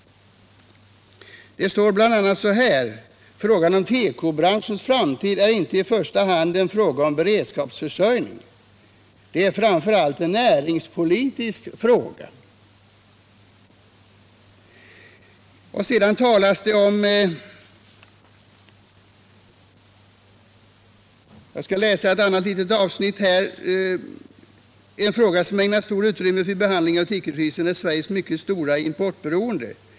Det står i motionen bl.a. följande. ”Frågan om tekobranschens framtid är inte i första hand en fråga om beredskapsförsörjning. Det är framför allt en näringspolitisk fråga ——-.” Vidare sägs det i motionen: ”En fråga som ägnas stort utrymme vid behandlingen av tekokrisen är Sveriges mycket stora importberoende.